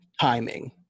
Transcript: timing